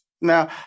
now